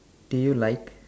do you like